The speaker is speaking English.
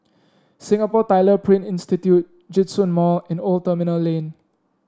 Singapore Tyler Print Institute Djitsun Mall and Old Terminal Lane